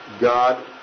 God